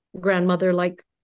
grandmother-like